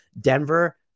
Denver